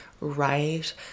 right